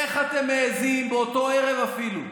איך אתם מעיזים באותו ערב אפילו?